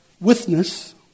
Witness